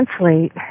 translate